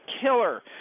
killer